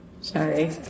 Sorry